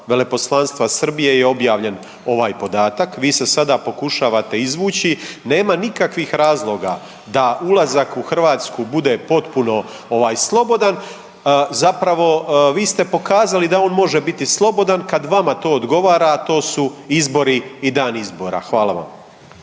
Veleposlanstva Srbije je objavljen ovaj podatak. Vi se sada pokušavate izvući. Nema nikakvih razloga da ulazak u Hrvatsku bude potpuno slobodan. Zapravo vi ste pokazali da on može biti slobodan kada vama to odgovara, a to su izbori i dan izbora. Hvala vam.